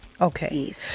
okay